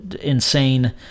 insane